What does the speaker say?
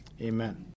Amen